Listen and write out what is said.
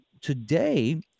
today